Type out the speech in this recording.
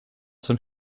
some